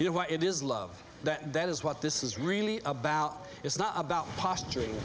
you know what it is love that that is what this is really about it's not about posturing